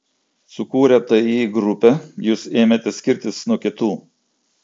sukūrę ti grupę jūs ėmėte skirtis nuo kitų